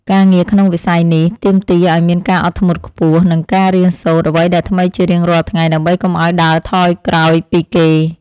ការងារក្នុងវិស័យនេះទាមទារឱ្យមានការអត់ធ្មត់ខ្ពស់ និងការរៀនសូត្រអ្វីដែលថ្មីជារៀងរាល់ថ្ងៃដើម្បីកុំឱ្យដើរថយក្រោយពីគេ។